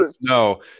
no